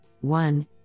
one